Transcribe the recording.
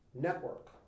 network